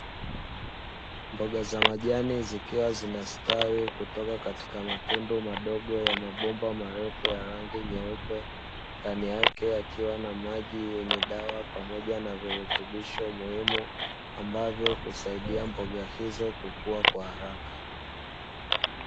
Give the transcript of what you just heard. Mboga za majani zikiwa zinastawi kutoka katika matundu madogo ya mabomba marefu ya rangi nyeupe, ndani yake yakiwa na maji yenye dawa, pamoja na virutubisho muhimu ambavyo husaidia mboga hizo kukua kwa haraka.